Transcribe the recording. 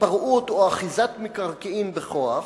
התפרעות או אחיזת מקרקעין בכוח,